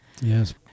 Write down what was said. Yes